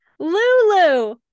Lulu